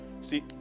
See